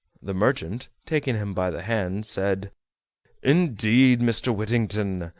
the merchant, taking him by the hand, said indeed, mr. whittington,